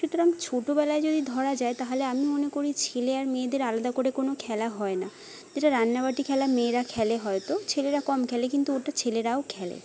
সুতরাং ছোটবেলায় যদি ধরা যায় তাহালে আমি মনে করি ছেলে আর মেয়েদের আলাদা করে কোনো খেলা হয় না যেটা রান্নাবাটি খেলা মেয়েরা খেলে হয়তো ছেলেরা কম খেলে কিন্তু ওটা ছেলেরাও খেলে